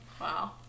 wow